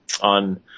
on